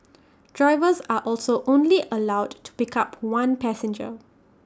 drivers are also only allowed to pick up one passenger